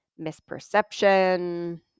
misperception